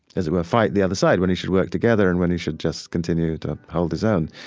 as it were, fight the other side, when he should work together, and when he should just continue to hold his own.